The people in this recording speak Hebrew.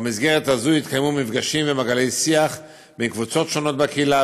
במסגרת הזאת התקיימו מפגשים ומעגלי שיח בין קבוצות שונות בקהילה,